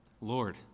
Lord